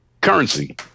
Currency